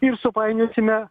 ir supainiosime